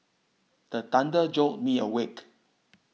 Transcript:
the thunder jolt me awake